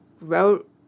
wrote